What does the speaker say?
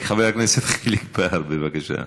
חבר הכנסת חילק בר, בבקשה.